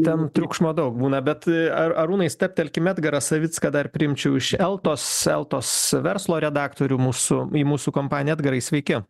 ten triukšmo daug būna bet ar arūnai stabtelkim edgarą savicką dar priimčiau iš eltos eltos verslo redaktorių mūsų į mūsų kompaniją edgarai sveiki